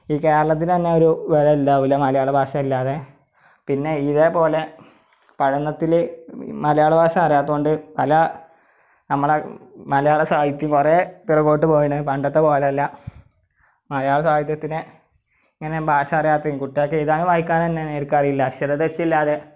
ഈ കേരളത്തിന് തന്നെയൊരു വില ഉണ്ടാകില്ല മലയാള ഭാഷയില്ലാതെ പിന്നെ ഇതേപോലെ പഠനത്തിൽ മലയാള ഭാഷ അറിയാത്തതു കൊണ്ട് പല നമ്മളുടെ മലയാള സാഹിത്യം കുറേ പുറകോട്ട് പോകുകയാണ് പണ്ടത്തെ പോലെയല്ല മലയാള സാഹിത്യത്തിന് ഇങ്ങനെ ഭാഷ അറിയാത്ത കുട്ടികൾക്ക് എഴുതാനും വായിക്കാൻ തന്നെ നേർക്ക് അറിയില്ല അക്ഷരത്തെറ്റില്ലാതെ